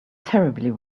terribly